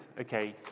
okay